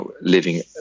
living